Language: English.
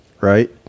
right